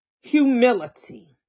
humility